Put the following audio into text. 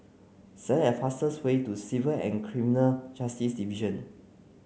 select the fastest way to Civil and Criminal Justice Division